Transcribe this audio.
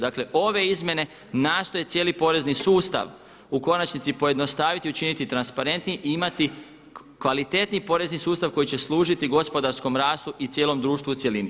Dakle, ove izmjene nastoje cijeli porezni sustav u konačnici pojednostaviti i učiniti transparentnijim i imati kvalitetni porezni sustav koji će služiti gospodarskom rastu i cijelom društvu u cjelini.